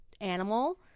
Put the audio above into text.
animal